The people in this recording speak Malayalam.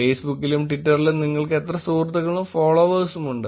ഫേസ്ബുക്കിലും ട്വിറ്ററിലും നിങ്ങൾക്ക് എത്ര സുഹൃത്തുക്കളും ഫോളോ വെഴ്സുമുണ്ട്